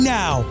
now